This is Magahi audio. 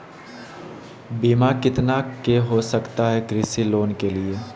बीमा कितना के हो सकता है कृषि लोन के लिए?